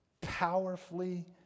powerfully